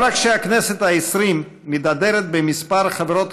לא רק שהכנסת העשרים מתהדרת במספר חברות